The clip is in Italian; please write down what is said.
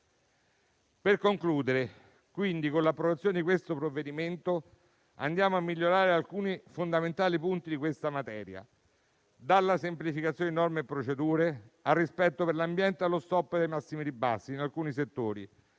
Per concludere, quindi, con l'approvazione di questo provvedimento andiamo a migliorare alcuni fondamentali punti di questa materia: dalla semplificazione di norme e procedure, al rispetto per l'ambiente, allo stop ai massimi ribassi in alcuni settori,